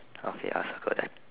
okay I'll circle that